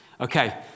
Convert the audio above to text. Okay